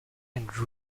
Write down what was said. and